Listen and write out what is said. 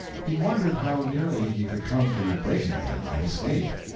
he wondered how nearly he could come to breaking them and escape.